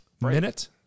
minute